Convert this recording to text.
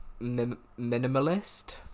minimalist